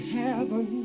heaven